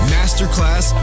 Masterclass